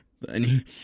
bunny